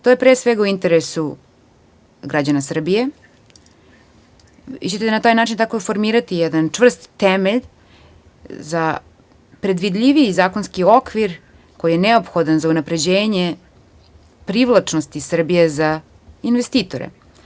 To je pre svega u interesu građana Srbije, vi ćete na taj način tako formirati jedan čvrst temelj za predvidljiviji zakonski okvir, koji je neophodan za unapređenje privlačnosti Srbije za investitore.